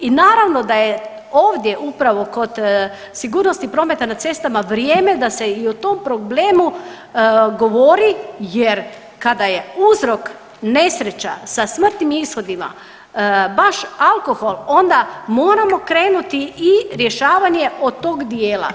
I naravno da je ovdje upravo kod sigurnosti prometa na cestama vrijeme da se i o tom problemu govori jer kada je uzrok nesreća sa smrtnim ishodima baš alkohol onda moramo krenuti i rješavanje od tog dijela.